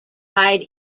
hide